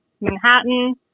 manhattan